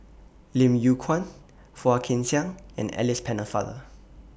Lim Yew Kuan Phua Kin Siang and Alice Pennefather